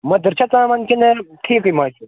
مٔدٕر چھا ژامن کِنۍ ٹھیٖکھٕے مزٕ چھُس